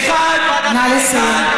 נא לסיים.